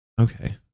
Okay